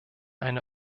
eine